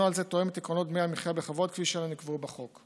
נוהל זה תואם את עקרונות דמי המחיה בכבוד כפי שאלה נקבעו בחוק.